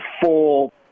full